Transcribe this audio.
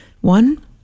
One